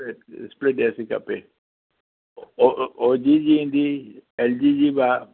split AC खपे ओजी जी ईंदी एलजी जी बि आहे